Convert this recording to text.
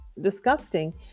disgusting